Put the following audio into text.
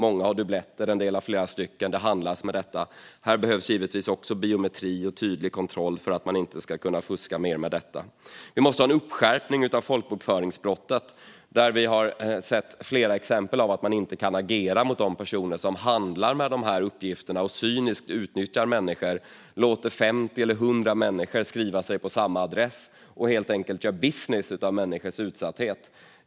Många har dubbletter; en del har flera stycken. Det handlas med detta. Här behövs givetvis också biometri och tydlig kontroll för att man inte ska kunna fuska mer med detta. Vi måste ha en skärpning av folkbokföringsbrottet. Vi har sett flera exempel på att man inte kan agera mot de personer som handlar med de här uppgifterna och cyniskt utnyttjar människor, låter 50 eller 100 människor skriva sig på samma adress och helt enkelt gör business av människors utsatthet.